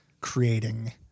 creating